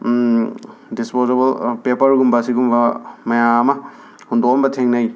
disposable ꯄꯦꯄꯔꯒꯨꯝꯕ ꯁꯤꯒꯨꯝꯕ ꯃꯌꯥꯝ ꯑꯃ ꯍꯨꯟꯗꯣꯛꯑꯝꯕ ꯊꯦꯡꯅꯩ